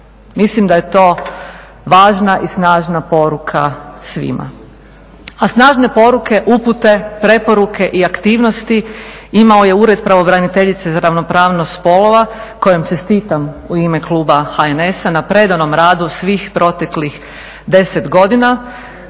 Mislim da je to važna i snažna poruka svima. A snažne poruke, upute, preporuke i aktivnosti imao je Ured pravobraniteljice za ravnopravnost spolova kojem čestitam u ime kluba HNS-a na predanom radu svih proteklih 10 godina